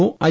O I